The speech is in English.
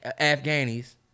Afghani's